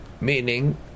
Meaning